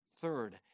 Third